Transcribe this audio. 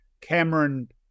Cameron